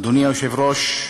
אדוני היושב-ראש,